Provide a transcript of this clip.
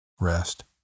rest